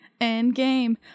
endgame